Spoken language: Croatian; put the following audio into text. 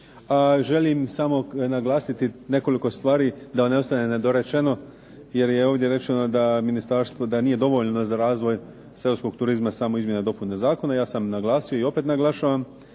Želim samo naglasiti nekoliko stvari da ne ostane nedorečeno, jer je ovdje rečeno da ministarstvo, da nije dovoljno za razvoj seoskog turizma samo izmjena i dopuna zakona. Ja sam naglasio i opet naglašavam.